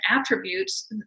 attributes